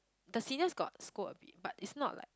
the seniors got scold a bit but it's not like